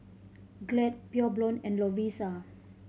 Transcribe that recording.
Glad Pure Blonde and Lovisa